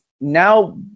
Now